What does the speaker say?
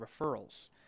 referrals